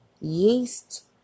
Yeast